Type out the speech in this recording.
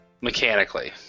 mechanically